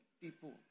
people